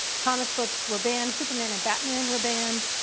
comic books were banned. superman and batman were banned,